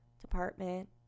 department